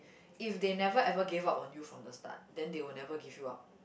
if they never ever gave up on you from the start then they will never give you up